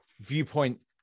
viewpoint